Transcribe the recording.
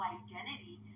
identity